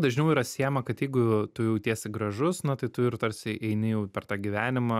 dažniau yra siejama kad jeigu tu jautiesi gražus na tai tu ir tarsi eini jau per tą gyvenimą